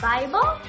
Bible